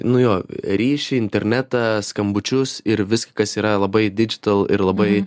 nu jo ryšį internetą skambučius ir viską kas yra labai didžital ir labai